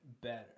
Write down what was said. better